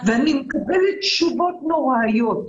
אני מקבלת תשובות נוראיות.